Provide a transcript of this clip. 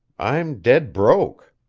i'm dead broke.